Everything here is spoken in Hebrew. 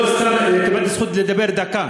לא סתם קיבלתי זכות לדבר דקה,